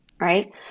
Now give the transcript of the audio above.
right